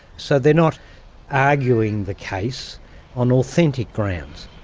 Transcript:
so they're not arguing the case on authentic grounds.